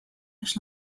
its